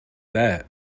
that